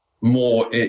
more